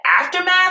aftermath